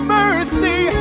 mercy